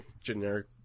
generic